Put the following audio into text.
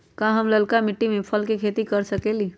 का हम लालका मिट्टी में फल के खेती कर सकेली?